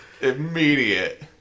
Immediate